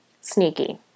sneaky